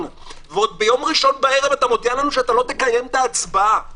ועוד ביום ראשון בערב אתה מודיע לנו שלא תקיים את ההצבעה